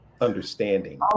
understanding